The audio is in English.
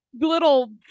little